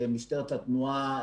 משטרת התנועה,